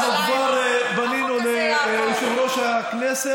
אנחנו כבר פנינו ליושב-ראש,